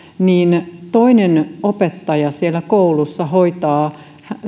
niin toinen opettaja siellä koulussa hoitaa